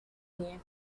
here